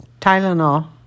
Tylenol